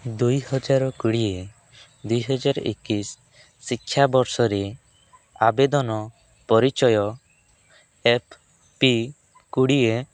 ଦୁଇ ହଜାର କୋଡ଼ିଏ ଦୁଇ ହଜାର ଏକୋଇଶି ଶିକ୍ଷାବର୍ଷରେ ଆବେଦନ ପରିଚୟ ଏଫ୍ ପି କୋଡ଼ିଏ